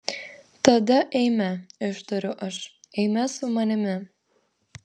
tada eime ištariu aš eime su manimi